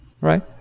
right